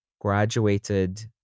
Graduated